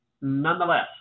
nonetheless